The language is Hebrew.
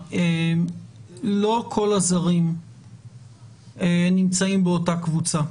לא כל הזרים נמצאים באותה קבוצה.